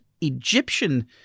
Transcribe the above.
Egyptian